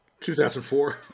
2004